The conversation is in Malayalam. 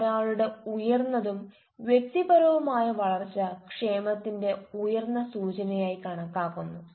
അതിനാൽ ഒരാളുടെ ഉയർന്നതും വ്യക്തിപരവുമായ വളർച്ച ക്ഷേമത്തിന്റെ ഉയർന്ന സൂചനയായി കണക്കാക്കുന്നു